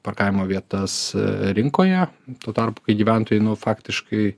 parkavimo vietas rinkoje tuo tarpu kai gyventojai nu faktiškai